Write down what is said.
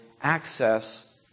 access